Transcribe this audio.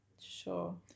Sure